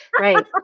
right